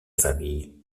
famille